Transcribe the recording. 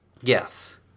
Yes